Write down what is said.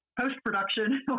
post-production